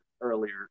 earlier